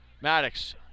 Maddox